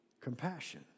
compassion